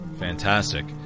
fantastic